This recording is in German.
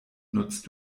nutzt